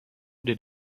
did